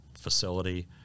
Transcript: facility